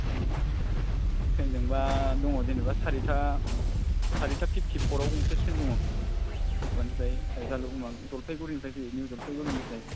ट्रेनजोंबा दङ जेनेबा सारिता सारिता फिफ्टि फरआव गंसे ट्रेन दङ माबानिफ्राय जालु जलफाइगुरिनिफ्राय फैयो निउ जलफाइगुरि